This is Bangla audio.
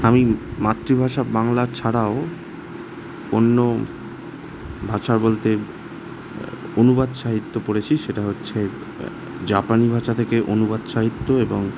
আমি মাতৃভাষা বাংলা ছাড়াও অন্য ভাষা বলতে অনুবাদ সাহিত্য পড়েছি সেটা হচ্ছে জাপানি ভাষা থেকে অনুবাদ সাহিত্য এবং